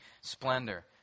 splendor